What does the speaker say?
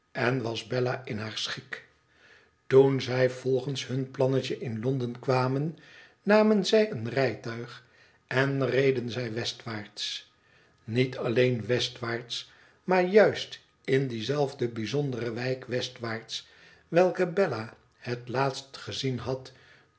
en was bella in haar schik toen zij volgens hun plannetje in londen kwamen namen zij een rijtuig en reden zij westwaarts niet alleen westwaarts maar juist in die zelfde bijzondere wijk westwaarts welke bella het laatst gezien had